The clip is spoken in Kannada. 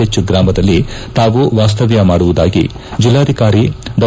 ಎಚ್ ಗ್ರಾಮದಲ್ಲಿ ತಾವು ವಾಸ್ತವ್ಯ ಮಾಡುವುದಾಗಿ ಜೆಲ್ಲಾಧಿಕಾರಿ ಡಾ